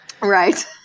Right